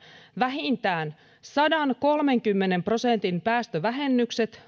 vähintään sadankolmenkymmenen prosentin päästövähennykset